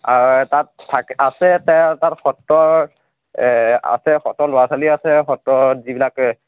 তাত আছে তাত সত্ৰ আছে সত্ৰত ল'ৰা ছোৱালী আছে সত্ৰত যিবিলাকে